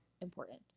important